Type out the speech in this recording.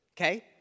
okay